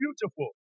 beautiful